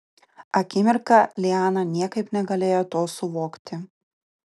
akimirką liana niekaip negalėjo to suvokti